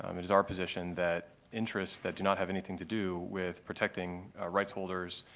um it's our position that interests that do not have anything to do with protecting rights-holders